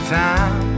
time